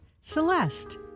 Celeste